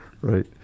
right